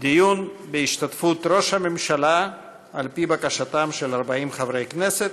דיון בהשתתפות ראש הממשלה על פי בקשתם של 40 חברי הכנסת.